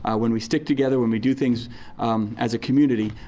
ah when we stick together, when we do things as a community,